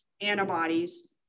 antibodies